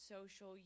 social